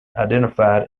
identified